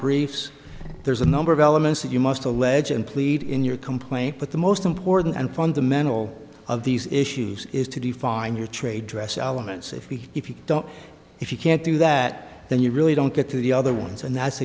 briefs there's a number of elements that you must allege and plead in your complaint but the most important and fundamental of these issues is to define your trade dress elements if we if you don't if you can't do that then you really don't get to the other ones and that's